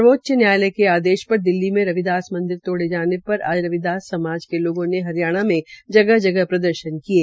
सर्वोच्च न्यायालय के आदेश पर दिल्ली में रविदास मंदिर तोड़े जाने पर आज रविदान समाज के लोगों ने हरियाणा में कई जगह प्रदर्शन किये